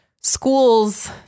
schools